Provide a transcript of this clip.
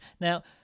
Now